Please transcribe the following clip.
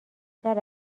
بیشتر